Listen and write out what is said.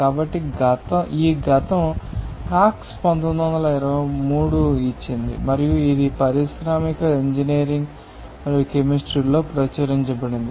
కాబట్టి ఈ గతం కాక్స్ 1923 లో ఇచ్చింది మరియు ఇది పారిశ్రామిక ఇంజనీరింగ్ మరియు కెమిస్ట్రీలో ప్రచురించబడింది